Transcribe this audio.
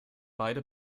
beide